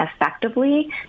effectively